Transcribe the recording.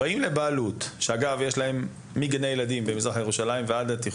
באים לבעלות שאגב יש להם מגני הילדים במזרח ירושלים ועד לתיכון,